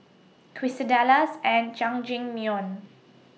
Quesadillas and Jajangmyeon